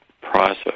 process